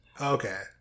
Okay